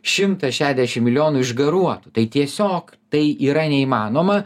šimtas šešiasdešimt milijonų išgaruotų tai tiesiog tai yra neįmanoma